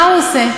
מה הוא עושה?